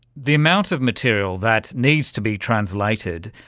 the amount of material that needs to be translated,